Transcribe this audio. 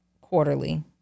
quarterly